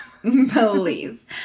Please